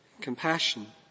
compassion